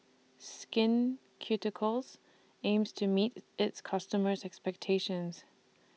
Skin Ceuticals aims to meet its customers' expectations